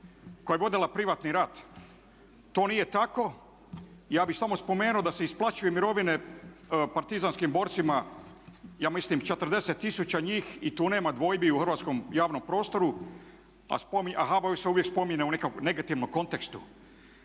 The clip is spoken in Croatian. koja je vodila privatni rat. To nije tako. Ja bi samo spomenuo da se isplaćuju mirovine partizanskim borcima ja mislim 40 tisuća njih i tu nema dvojbi u hrvatskom javnom prostoru a HVO se spominje u nekom negativnom kontekstu.